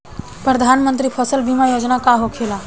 प्रधानमंत्री फसल बीमा योजना का होखेला?